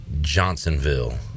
Johnsonville